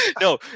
No